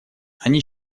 они